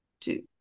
two